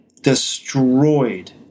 destroyed